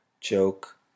joke